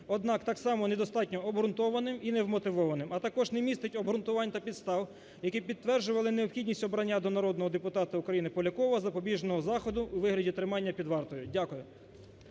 однак так само недостатньо обґрунтованим і невмотивованим, а також не містить обґрунтувань та підстав, які б підтверджували необхідність обрання до народного депутата України Полякова запобіжного заходу у вигляді тримання під вартою. Дякую.